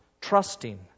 trusting